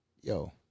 yo